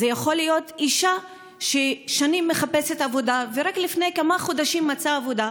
זו יכולה להיות אישה ששנים מחפשת עבודה ורק לפני כמה חודשים מצאה עבודה,